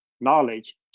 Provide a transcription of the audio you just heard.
knowledge